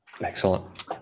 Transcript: Excellent